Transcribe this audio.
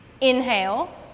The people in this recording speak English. inhale